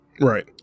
right